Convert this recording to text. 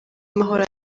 amahoro